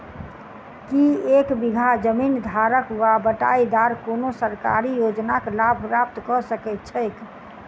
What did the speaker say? की एक बीघा जमीन धारक वा बटाईदार कोनों सरकारी योजनाक लाभ प्राप्त कऽ सकैत छैक?